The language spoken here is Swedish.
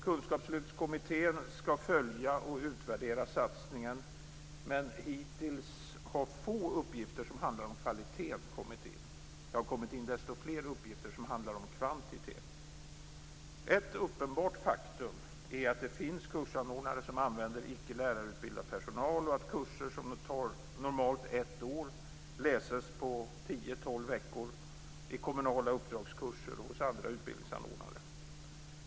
Kunskapslyftskommittén skall följa och utvärdera satsningen, men hittills har få uppgifter som handlar om kvaliteten kommit in. Det har kommit in desto fler uppgifter som handlar om kvantiteten. Ett uppenbart faktum är att det finns kursanordnare som använder icke lärarutbildad personal och att kurser som normalt tar ett år läses på tio, tolv veckor i kommunala uppdragskurser och hos andra utbildningsanordnare.